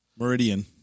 Meridian